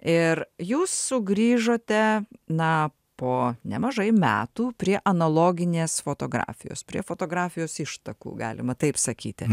ir jūs sugrįžote na po nemažai metų prie analoginės fotografijos prie fotografijos ištakų galima taip sakyti